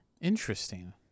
interesting